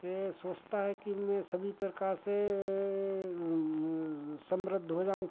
ये सोचता है कि मैं सभी प्रकार से समृद्ध हो जाऊँ